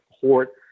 court